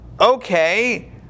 Okay